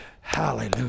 Hallelujah